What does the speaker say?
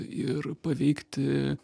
ir paveikti